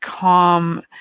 calm